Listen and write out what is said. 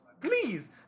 Please